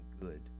good